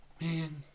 Man